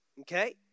Okay